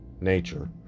nature